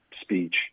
speech